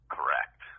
Correct